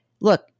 look